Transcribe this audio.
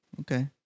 okay